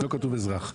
לא כתוב אזרח.